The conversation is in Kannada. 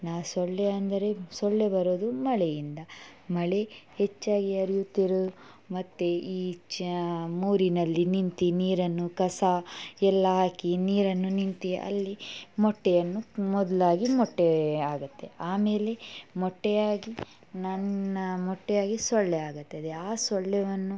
ನಾ ಸೊಳ್ಳೆ ಅಂದರೆ ಸೊಳ್ಳೆ ಬರೋದು ಮಳೆಯಿಂದ ಮಳೆ ಹೆಚ್ಚಾಗಿ ಹರಿಯುತ್ತಿರೋ ಮತ್ತೆ ಈ ಚ ಮೋರಿಯಲ್ಲಿ ನಿಂತ ನೀರನ್ನು ಕಸ ಎಲ್ಲ ಹಾಕಿ ನೀರನ್ನು ನಿಂತ ಅಲ್ಲಿ ಮೊಟ್ಟೆಯನ್ನು ಮೊದಲಾಗಿ ಮೊಟ್ಟೆ ಆಗುತ್ತೆ ಆಮೇಲೆ ಮೊಟ್ಟೆಯಾಗಿ ನನ್ನ ಮೊಟ್ಟೆಯಾಗಿ ಸೊಳ್ಳೆಯಾಗುತ್ತದೆ ಆ ಸೊಳ್ಳೆಯನ್ನು